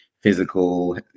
physical